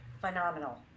phenomenal